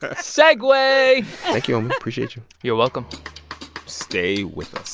ah segue thank you, homie. appreciate you you're welcome stay with